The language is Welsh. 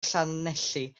llanelli